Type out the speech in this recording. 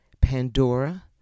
Pandora